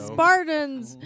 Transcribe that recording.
Spartans